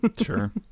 Sure